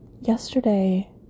yesterday